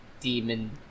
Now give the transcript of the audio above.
demon